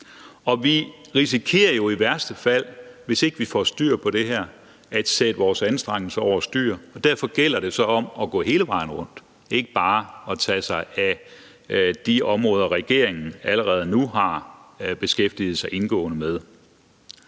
Vi risikerer jo i værste fald at sætte vores anstrengelser over styr, hvis ikke vi får styr på det her, og derfor gælder det så om at gå hele vejen rundt, ikke bare at tage sig af de områder, regeringen allerede nu har beskæftiget sig indgående med.